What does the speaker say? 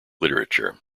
literature